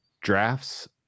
drafts